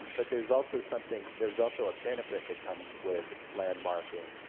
but there's also something, there is also a benefit that comes with landmarking.